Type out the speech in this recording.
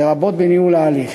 לרבות בניהול ההליך.